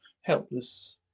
helpless